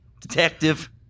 detective